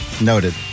noted